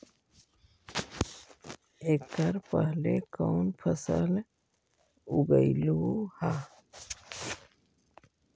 एकड़ पहले कौन फसल उगएलू हा?